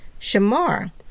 shamar